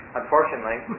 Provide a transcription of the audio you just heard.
unfortunately